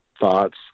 thoughts